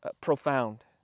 profound